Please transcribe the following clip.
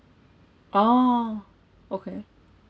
orh okay